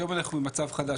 היום אנחנו במצב חדש,